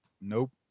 Nope